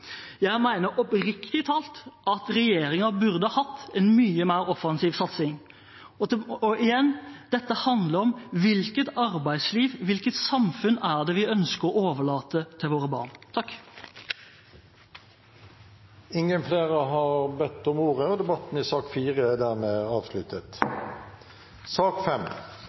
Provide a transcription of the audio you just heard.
Jeg mener oppriktig talt at regjeringen burde hatt en mye mer offensiv satsing. Igjen: Dette handler om hvilket arbeidsliv og hvilket samfunn vi ønsker å overlate til våre barn. Flere har ikke bedt om ordet til sak nr. 4. Etter ønske fra familie- og